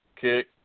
kick